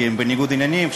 כי הם בניגוד עניינים,